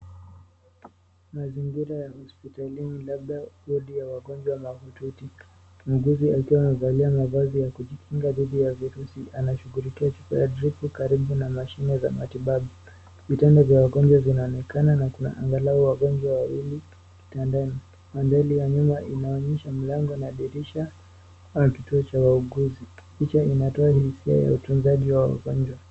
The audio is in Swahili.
Mazingira ya hospitalini labda wodi ya wagonjwa mahututi. Muuguzi akiwa amevalia mavazi ya kujikinga dhidi ya virusi anashughulikia chupa ya dripu karibu na mashine za matibabu. Vitanda vya wagonjwa vinaonekana na kuna angalau wagonjwa wawili kitandani. Mandhari ya nyuma inaonyesha mlango na dirisha ama kituo cha wauguzi. Picha inatoa hisia ya utunzaji wa wagonjwa.